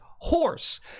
horse